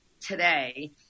today